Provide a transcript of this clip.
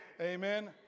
Amen